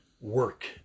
work